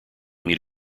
meet